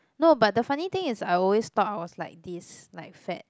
no but the funny thing is I always thought I was like this like fat